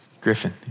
Griffin